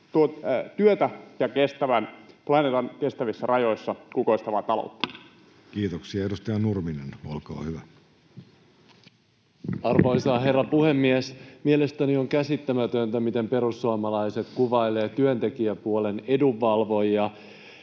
työtä ja planeetan kestävissä rajoissa kukoistavaa taloutta? Kiitoksia. — Edustaja Nurminen, olkaa hyvä. Arvoisa herra puhemies! Mielestäni on käsittämätöntä, miten perussuomalaiset kuvailevat työntekijäpuolen edunvalvojia.